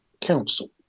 Council